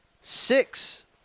six